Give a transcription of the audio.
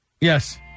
Yes